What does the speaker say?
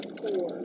four